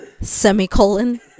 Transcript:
semicolon